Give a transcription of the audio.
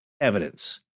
evidence